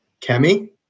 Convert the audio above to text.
Kemi